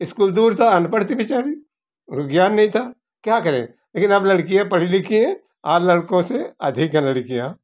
school दूर था अनपढ़ थी बेचारी उनको ज्ञान नहीं था क्या करें लेकिन अब लड़कियाँ पढ़ी लिखी है आज लड़कों से अधिक हैं लड़कियाँ